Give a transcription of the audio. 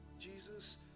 Jesus